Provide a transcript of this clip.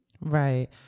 Right